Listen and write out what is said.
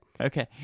okay